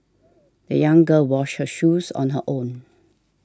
the young girl washed her shoes on her own